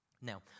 Now